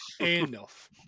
enough